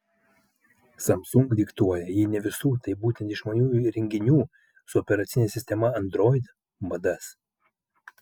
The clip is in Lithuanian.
samsung diktuoja jei ne visų tai būtent išmaniųjų įrenginių su operacine sistema android madas